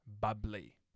bubbly